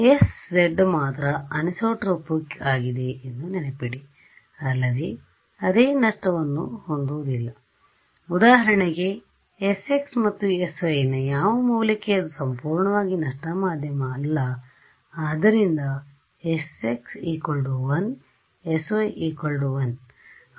ಆದರೆ sz ಮಾತ್ರ anisotropic ಆಗಿದೆ ಎಂದು ನೆನಪಿಡಿ ಅಲ್ಲದೆ ಅದೇ ನಷ್ಟವನ್ನು ಹೊಂದುವುದಿಲ್ಲ ಉದಾಹರಣೆಗೆ sxಮತ್ತು syನ ಯಾವ ಮೌಲ್ಯಕ್ಕೆ ಅದು ಸಂಪೂರ್ಣವಾಗಿ ನಷ್ಟಮಾಧ್ಯಮ ಅಲ್ಲ ಆದ್ದರಿಂದ sx 1 sy 1